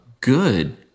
good